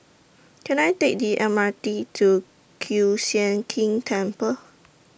Can I Take The M R T to Kiew Sian King Temple